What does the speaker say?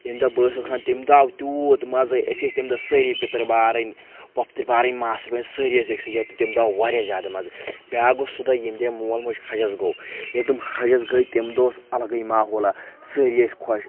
ییٚمہِ دۄہ بٲیِس اود خاندر تمہِ دۄہ آو تیوٗت مَزٕ أسۍ ٲسۍ تمہِ دۄہ سٲری پِتٕر بارٕنۍ پۄپتر بارٕنۍ ماستٕر بیٚنہِ سٲری ٲسۍ أکسٕے جایہِ تمہِ دۄہ آو واریاہ زیادٕ مَزٕ بیاکھ گوٚو سُہ دۄہ ییٚمہِ دۄہ مول موج حجس گوٚو ییٚلہِ تِم حجس گٔے تمہِ دۄہ اوس الگٕے ماحولا سٲری ٲسۍ خۄش